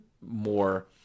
more